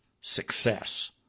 success